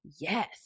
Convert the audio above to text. Yes